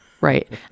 right